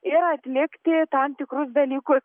ir atlikti tam tikrus dalykus